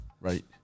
Right